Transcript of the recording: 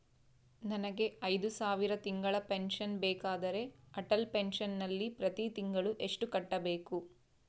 ನನಗೆ ಐದು ಸಾವಿರ ತಿಂಗಳ ಪೆನ್ಶನ್ ಬೇಕಾದರೆ ಅಟಲ್ ಪೆನ್ಶನ್ ನಲ್ಲಿ ಪ್ರತಿ ತಿಂಗಳು ಎಷ್ಟು ಕಟ್ಟಬೇಕು?